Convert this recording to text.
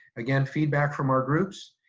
again, feedback from our groups.